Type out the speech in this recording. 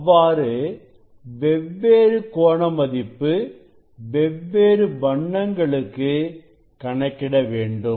அவ்வாறு வெவ்வேறு கோண மதிப்பு வெவ்வேறு வண்ணங்களுக்கு கணக்கிட வேண்டும்